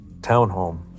townhome